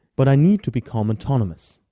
but i need to become autonomous!